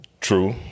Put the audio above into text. True